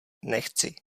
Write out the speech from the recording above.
nechci